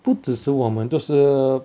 不只是我们都是